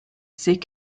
ses